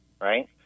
right